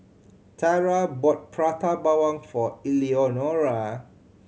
Tarah bought Prata Bawang for Eleonora